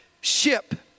ship